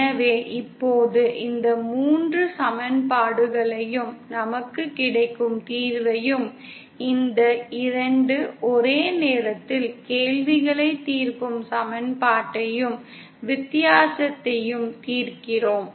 எனவே இப்போது இந்த 3 சமன்பாடுகளையும் நமக்கு கிடைக்கும் தீர்வையும் இந்த 2 ஒரே நேரத்தில் கேள்விகளைத் தீர்க்கும் சமன்பாட்டையும் வித்தியாசத்தையும் தீர்க்கிறோம்